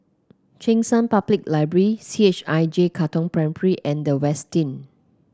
Cheng San Public Library C H I J Katong Primary and The Westin